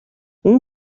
اون